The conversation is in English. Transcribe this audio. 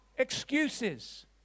excuses